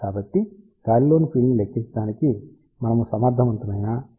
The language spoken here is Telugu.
కాబట్టి గాలిలోని ఫీల్డ్ ని లెక్కించడానికి మనము సమర్థవంతమైన డై ఎలక్ట్రిక్ కాన్స్టెంట్ ని ఉపయోగిస్తాము